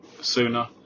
sooner